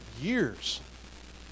years